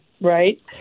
Right